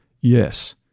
Yes